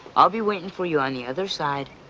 i'll be waiting for you on the other side,